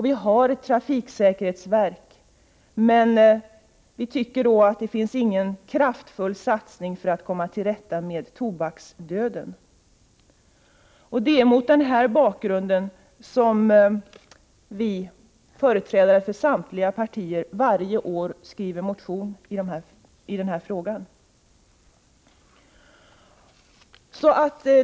Vi har ett trafiksäkerhetsverk, men det finns ingen kraftfull satsning för att komma till rätta med tobaksdöden. Det är mot den bakgrunden som vi från samtliga partier varje år skriver motioner i den här frågan.